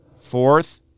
Fourth